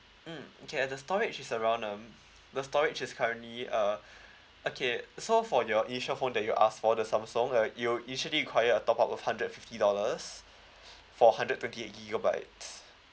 mm okay uh the storage is around um the storage is currently uh okay so for your initial phone that you asked for the samsung uh it will initially require a top up of hundred fifty dollars for hundred twenty eight gigabytes